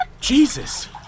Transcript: Jesus